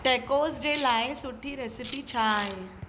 टेकोस जे लाइ सुठी रेसिपी छा आहे